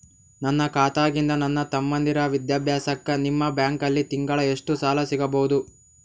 ನನ್ನ ಖಾತಾದಾಗಿಂದ ನನ್ನ ತಮ್ಮಂದಿರ ವಿದ್ಯಾಭ್ಯಾಸಕ್ಕ ನಿಮ್ಮ ಬ್ಯಾಂಕಲ್ಲಿ ತಿಂಗಳ ಎಷ್ಟು ಸಾಲ ಸಿಗಬಹುದು?